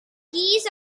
geese